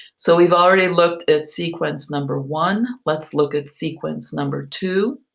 so we've already looked at sequence number one let's look at sequence number two.